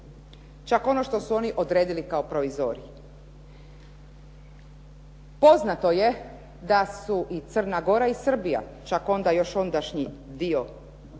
Čak ono što su oni odredili kao proizorij. Poznato je da su i Crna Gora i Srbija, čak onda još ondašnji dio